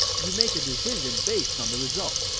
you make a decision based on the result.